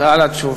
תודה על התשובה.